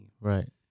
Right